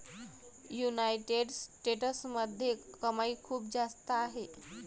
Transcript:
United स्टेट्समध्ये कमाई खूप जास्त आहे